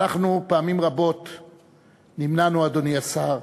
ואנחנו פעמים רבות נמנענו, אדוני השר,